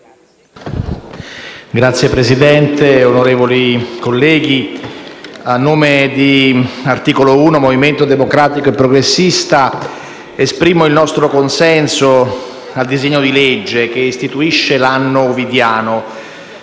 Signora Presidente, onorevoli colleghi, a nome di Articolo 1 - Movimento Democratico e Progressista, esprimo il nostro consenso al disegno di legge che istituisce l'anno ovidiano